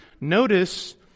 Notice